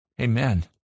Amen